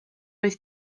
oedd